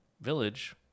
Village